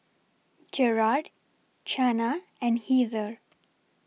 Gerard Chana and Heather